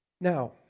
Now